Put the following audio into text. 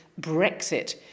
Brexit